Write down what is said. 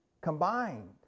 combined